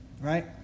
Right